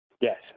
Yes